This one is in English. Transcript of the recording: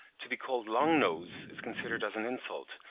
to be called long-nose is considered as an insult,